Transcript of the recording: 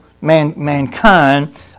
mankind